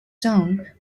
song